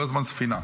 כל הזמן ספינה.